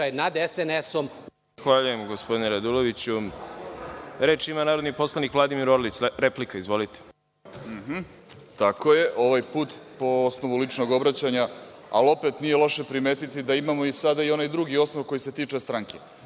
Zahvaljujem gospodine Raduloviću. Reč ima narodni poslanik Vladimir Orlić. Replika. Izvolite. **Vladimir Orlić** Tako je. Ovaj put po osnovu ličnog obraćanja, ali opet nije loše primetiti da imamo sada i onaj drugi osnov koji se tiče stranke